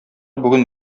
бүген